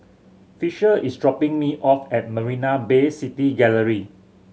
Fisher is dropping me off at Marina Bay City Gallery